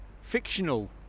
fictional